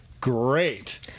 Great